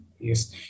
Yes